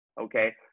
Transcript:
okay